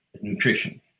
nutrition